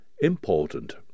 important